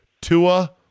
Tua